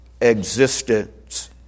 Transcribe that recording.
existence